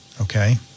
Okay